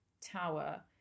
tower